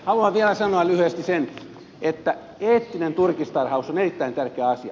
haluan vielä sanoa lyhyesti sen että eettinen turkistarhaus on erittäin tärkeä asia